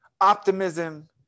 optimism